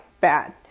bad